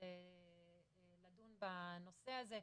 לדון בנושא הזה.